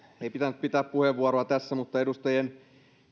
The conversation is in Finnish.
ei pitänyt pitää puheenvuoroa tässä mutta edustajien